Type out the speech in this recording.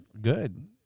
Good